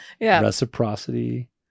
reciprocity